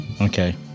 Okay